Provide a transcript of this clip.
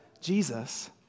Jesus